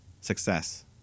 success